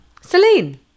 Celine